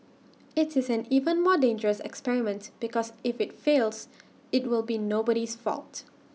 IT is an even more dangerous experiment because if IT fails IT will be nobody's fault